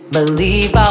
Believe